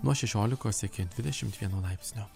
nuo šešiolikos iki dvidešimt vieno laipsnio